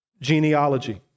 genealogy